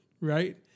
right